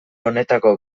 honetako